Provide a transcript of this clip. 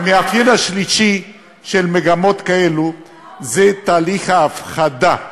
והמאפיין השלישי של מגמות כאלו הוא תהליך ההפחדה.